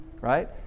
right